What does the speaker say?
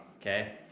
okay